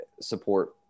support